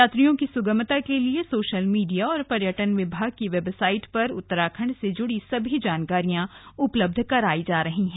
यात्रियों की सुगमता के लिए सोशल मीडिया और पर्यटन विभाग की वेबसाइट पर उत्तराखंड से जुड़ी सभी जानकारियां उपलब्ध कराई जा रही हैं